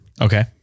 Okay